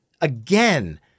again